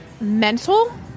mental